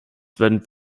werden